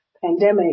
pandemic